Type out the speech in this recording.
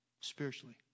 spiritually